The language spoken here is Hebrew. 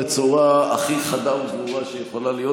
בצורה הכי חדה וברורה שיכולה להיות.